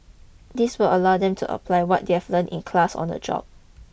this will allow them to apply what they have learnt in class on the job